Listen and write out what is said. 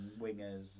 wingers